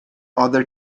other